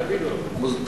את הווילות.